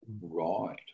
Right